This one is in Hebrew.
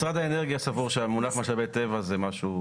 משרד האנרגיה סבור שהמונח משאבי טבע זה משהו